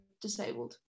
disabled